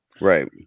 right